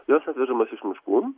jos atvežamos iš miškų